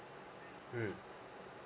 mm